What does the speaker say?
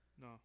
No